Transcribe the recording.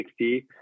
60